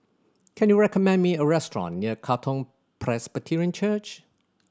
can you recommend me a restaurant near Katong Presbyterian Church